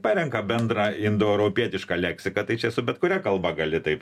parenka bendrą indoeuropietišką leksiką tai čia su bet kuria kalba gali taip